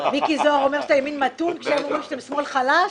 מיקי זוהר אומר שאתה ימין מתון כשהם אומרים שאתם שמאל חלש,